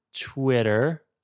Twitter